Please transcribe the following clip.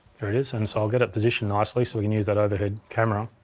there it is, and so i'll get it positioned nicely so we can use that overhead camera.